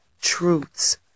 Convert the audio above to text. truths